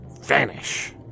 vanish